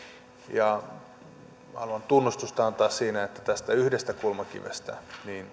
haluan tunnustusta antaa siitä että tästä yhdestä kulmakivestä